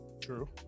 true